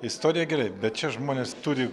istorija gerai bet čia žmonės turi